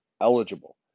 eligible